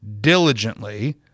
diligently